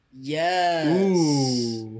Yes